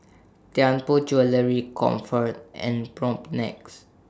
Tianpo Jewellery Comfort and Propnex